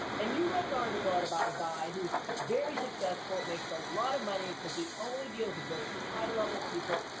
and you read an article and about a guy who's very successful, makes a lot of money cause he only deals with very high-level people.